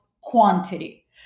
quantity